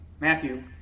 Matthew